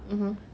mmhmm